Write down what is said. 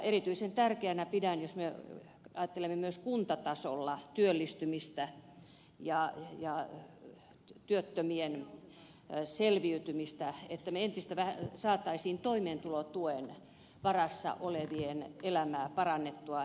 erityisen tärkeänä pidän jos me ajattelemme myös kuntatasolla työllistymistä ja työttömien selviytymistä että me saisimme toimeentulotuen varassa olevien elämää parannettua